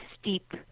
steep